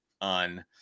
on